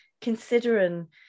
considering